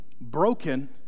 broken